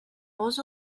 was